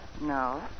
No